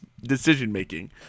decision-making